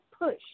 push